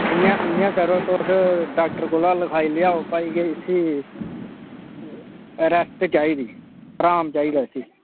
इ'यां इ'यां करो तुस डाक्टर कोला लखाई लेयाओ भाई कि इसी रैस्ट चाहिदी अराम चाहिदा इसी